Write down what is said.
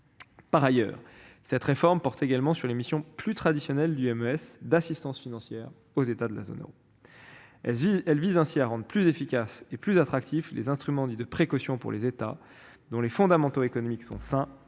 Par ailleurs, cette réforme porte également sur les missions plus traditionnelles du MES, celles qui concernent l'assistance financière aux États membres de la zone euro. Elle vise à rendre plus efficaces et plus attractifs les instruments dits « de précaution » pour les États dont les fondamentaux économiques sont sains,